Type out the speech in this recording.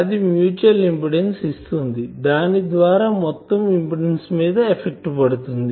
అది mutual impedance ఇస్తుంది దాని ద్వారా మొత్తం ఇంపిడెన్సు మీద ఎఫెక్ట్ పడుతుంది